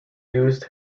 used